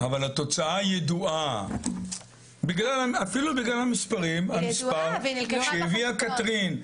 אבל התוצאה ידועה, אפילו בגלל המספר שהביאה קתרין.